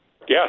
Yes